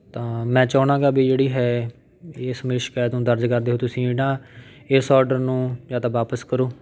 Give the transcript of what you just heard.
ਤਾਂ ਮੈਂ ਚਾਹੁੰਦਾ ਗਾ ਵੀ ਜਿਹੜੀ ਹੈ ਇਸ ਮੇਰੀ ਸ਼ਿਕਾਇਤ ਨੂੰ ਦਰਜ ਕਰਦੇ ਹੋਏ ਤੁਸੀਂ ਜਿਹੜਾ ਇਸ ਔਡਰ ਨੂੰ ਜਾਂ ਤਾਂ ਵਾਪਸ ਕਰੋ